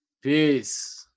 Peace